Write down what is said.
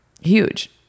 Huge